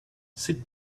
sit